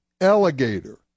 alligator